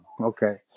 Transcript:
okay